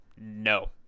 no